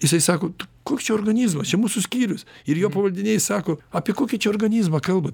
jisai sako koks čia organizmas čia mūsų skyrius ir jo pavaldiniai sako apie kokį čia organizmą kalbat